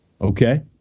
Okay